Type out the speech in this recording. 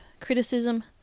criticism